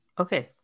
Okay